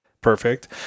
Perfect